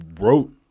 wrote